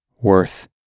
worth